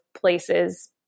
places